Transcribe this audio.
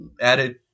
added